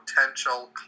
potential